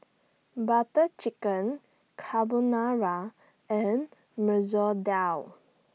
Butter Chicken Carbonara and Masoor Dal